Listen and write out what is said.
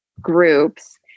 groups